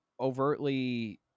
overtly